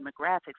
demographics